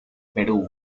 perú